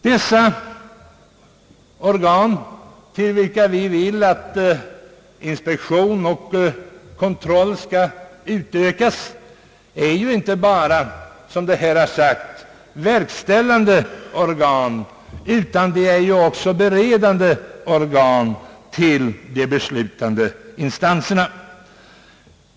De kommu nala organ, till vilka vi önskar att inspektion och kontroll skall utsträckas, är inte bara verkställande organ, som här har sagts, utan också beredande organ till de beslutande instanserna.